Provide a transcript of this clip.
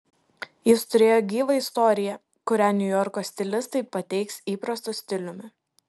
jis turėjo gyvą istoriją kurią niujorko stilistai pateiks įprastu stiliumi